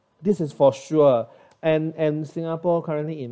this is for sure and and singapore currently in